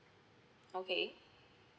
okay